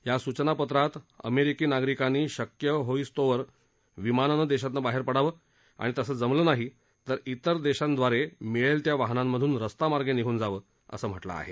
या सूचनापत्रात अमेररिकी नागरिकांनी शक्य होई तो विमानानं देशातनं बाहेर पडावं आणि तसं जमलं नाही तर इतर देशांद्वारे मिळेल त्या वाहनांतून रस्तामार्गे निघून जावं असं म्हटलं आहे